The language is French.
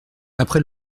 après